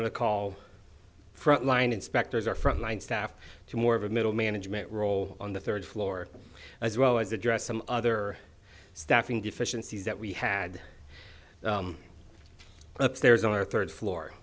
going to call frontline inspectors or front line staff to more of a middle management role on the third floor as well as address some other staffing deficiencies that we had upstairs on our third floor